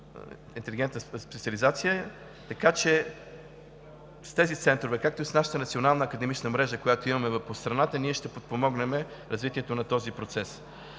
интелигентна специализация. Така че с тези центрове, както и с нашата национална академична мрежа, която имаме по страната, ние ще подпомогнем развитието на този процес.